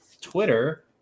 Twitter